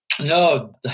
No